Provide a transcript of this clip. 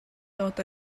dod